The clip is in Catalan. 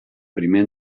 primer